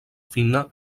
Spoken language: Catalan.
fina